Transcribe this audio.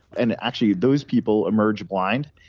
and actually, those people emerge blind.